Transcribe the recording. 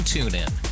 TuneIn